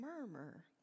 murmur